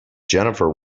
jennifer